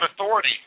authority